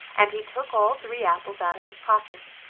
and he took all three apples out of his pocket,